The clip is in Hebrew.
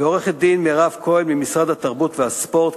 לעורכת-דין מירב כהן ממשרד התרבות והספורט,